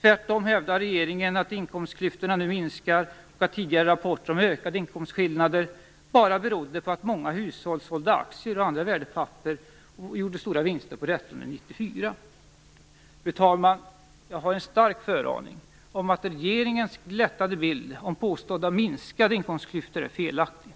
Tvärtom hävdar regeringen att inkomstklyftorna nu minskar och att tidigare rapporter om ökade inkomstskillnader bara berodde på att många hushåll sålde aktier och andra värdepapper och gjorde stora vinster på detta under 1994. Fru talman, jag har en stark föraning om att regeringens glättade bild om påstådda minskade inkomstklyftor är felaktig.